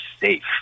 safe